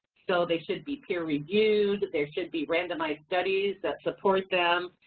so they should be peer reviewed, there should be randomized studies that support them,